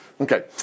Okay